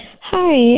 Hi